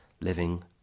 living